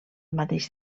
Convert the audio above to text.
mateix